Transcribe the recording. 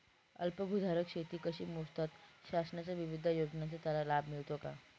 अल्पभूधारक शेती कशी मोजतात? शासनाच्या विविध योजनांचा त्याला लाभ मिळतो का?